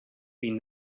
been